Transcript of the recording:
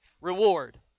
reward